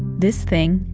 this thing,